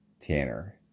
tanner